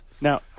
Now